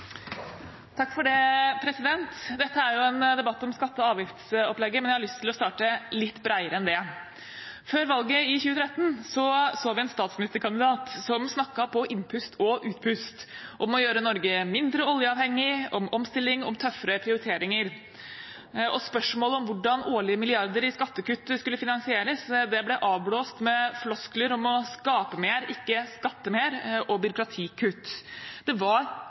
vi en statsministerkandidat som snakket på innpust og utpust om å gjøre Norge mindre oljeavhengig, om omstilling og om tøffere prioriteringer. Spørsmålet om hvordan årlige milliarder i skattekutt skulle finansieres, ble avblåst med floskler om å skape mer, ikke skatte mer og byråkratikutt. Det var